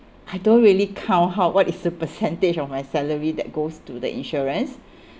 I don't really count how what is the percentage of my salary that goes to the insurance